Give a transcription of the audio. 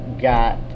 got